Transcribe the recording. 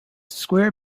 square